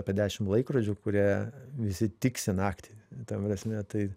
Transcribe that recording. apie dešim laikrodžių kurie visi tiksi naktį ta prasme tai